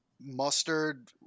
mustard